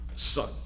Son